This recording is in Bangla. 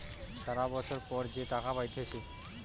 সারা বছর পর যে টাকা পাইতেছে